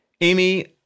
Amy